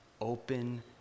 Open